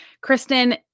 Kristen